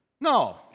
No